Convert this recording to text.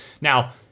Now